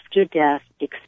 after-death